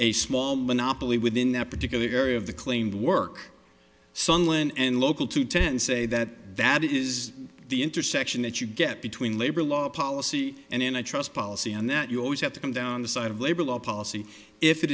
a small monopoly within that particular area of the claimed work sunland and local to ten say that that is the intersection that you get between labor law policy and in a trust policy and that you always have to come down the side of labor law policy if it